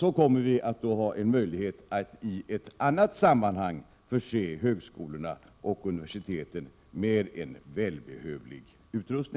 Då kommer vi att få en möjlighet att i annat sammanhang förse högskolorna och universiteten med en välbehövlig utrustning.